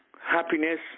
happiness